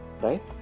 right